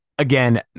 Again